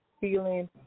feeling